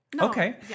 Okay